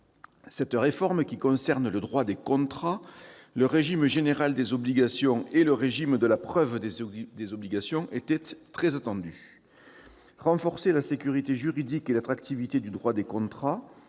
Cette réforme, qui concerne le droit des contrats, le régime général des obligations et le régime de la preuve des obligations, était très attendue. Renforcer la sécurité juridique et l'attractivité du droit des contrats,